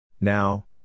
Now